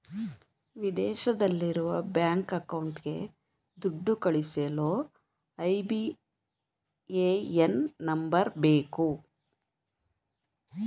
ವಿದೇಶದಲ್ಲಿರುವ ಬ್ಯಾಂಕ್ ಅಕೌಂಟ್ಗೆ ದುಡ್ಡು ಕಳಿಸಲು ಐ.ಬಿ.ಎ.ಎನ್ ನಂಬರ್ ಬೇಕು